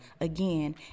again